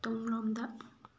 ꯇꯨꯡꯂꯣꯝꯗ